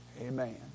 Amen